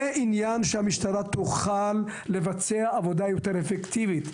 זה עניין שהמשטרה תוכל לבצע עבודה יותר אפקטיבית.